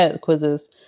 quizzes